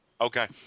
Okay